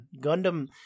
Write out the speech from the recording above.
Gundam